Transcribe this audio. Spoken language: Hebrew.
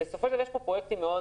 בסופו של דבר יש פה פרויקטים מאוד